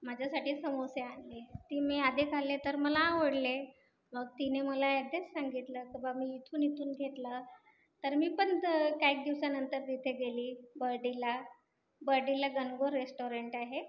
माझ्यासाठी समोसे आणले ते मी आधे खाल्ले तर मला आवडले मग तिने मला ॲड्रेस सांगितलं की बा मी इथून इथून घेतला तर मी पण तर काही दिवसानंतर तिथे गेली बर्डीला बर्डीलाच अनुभव रेस्टाॅरंट आहे